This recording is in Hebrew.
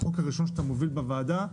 זה החוק הראשון שאתה מוביל בוועדה.